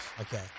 Okay